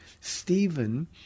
Stephen